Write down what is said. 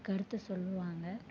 கருத்தை சொல்லுவாங்க